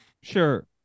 sure